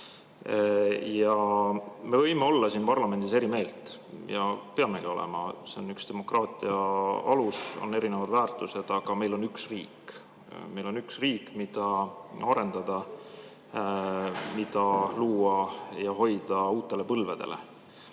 Me võime olla siin parlamendis eri meelt ja peamegi olema, see on üks demokraatia alus, on erinevad väärtused, aga meil on üks riik. Meil on üks riik, mida arendada, mida luua ja hoida uutele põlvedele.